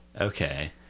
Okay